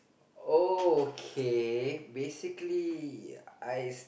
okay basically I